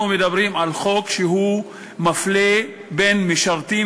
אנחנו מדברים על חוק שמפלה בין משרתים